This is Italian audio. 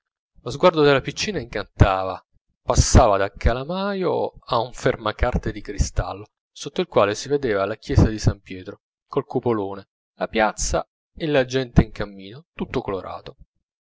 lo sguardo della piccina incantata passava dal calamaio a un fermacarte di cristallo sotto il quale si vedeva la chiesa di san pietro col cupolone la piazza e la gente in cammino tutto colorato